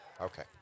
Okay